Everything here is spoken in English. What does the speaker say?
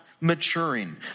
maturing